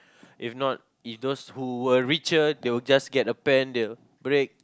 if not if those who were richer they will just get a pen they will break